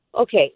okay